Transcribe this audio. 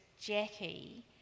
Jackie